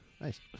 Nice